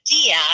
idea